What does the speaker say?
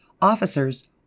officers